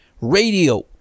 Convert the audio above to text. radio